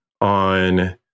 on